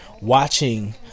watching